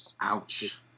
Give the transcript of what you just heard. Ouch